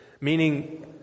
meaning